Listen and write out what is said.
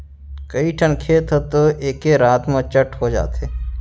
कइठन खेत ह तो एके रात म चट हो जाथे